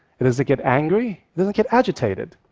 it doesn't get angry, it doesn't get agitated.